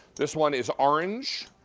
this one is orange.